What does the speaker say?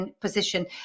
position